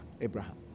Abraham